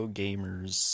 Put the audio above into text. gamers